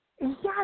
Yes